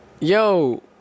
Yo